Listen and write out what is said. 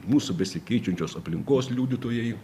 mūsų besikeičiančios aplinkos liudytojai